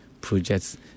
projects